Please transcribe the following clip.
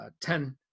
Ten